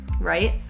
right